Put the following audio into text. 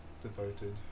devoted